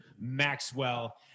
Maxwell